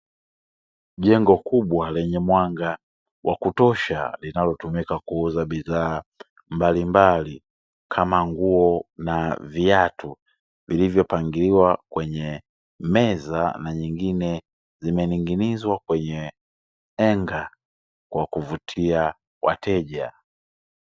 Jengo kubwa lenye mwanga wa kutosha, linalotumika kuuza bidhaa mbalimbali, kama; nguo na viatu, vilivyopangiliwa kwenye meza na nyingine zimening'inizwa kwenye henga kwa kuvutia wateja.